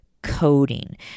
coding